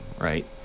right